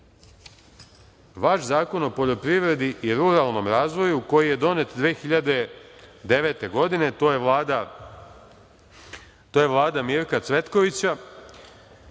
vaš Zakon o poljoprivredi i ruralnom razvoju koji je donet 2009. godine. To je Vlada Mirka Cvetkovića,